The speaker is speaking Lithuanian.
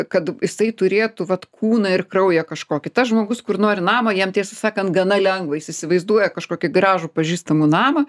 kad jisai turėtų vat kūną ir kraują kažkokį tas žmogus kur nori namo jam tiesą sakant gana lengva jis įsivaizduoja kažkokį gražų pažįstamų namą